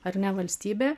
ar ne valstybė